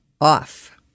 off